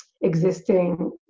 existing